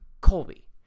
Colby